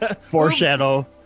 foreshadow